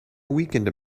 weakened